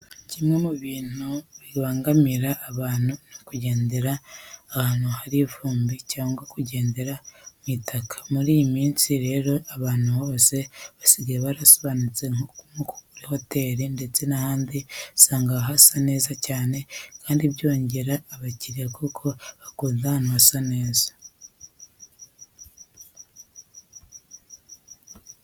Kimwe mu bintu bibangamira abantu ni ukugendera ahantu hari ivumbi cyangwa kugendera mu itaka. Muri iyi minshi rero ahantu hose basigaye barasobanutse nko mu mahoteri ndetse n'ahandi usanga hasa neza cyane kandi byongera abakiriya kuko bakunda ahantu hasa neza.